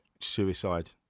suicide